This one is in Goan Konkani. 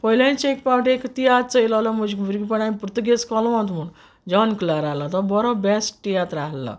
पोयलेंच एक पावट एक तियात्र चोयलोलो म्हूज भुरगेपोणांत पुर्तुगेज कोल्वोंत म्हूण जॉन क्लारालो तो बोरो बॅस्ट तियात्र आहलो